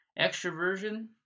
extroversion